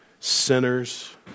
Sinners